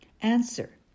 Answer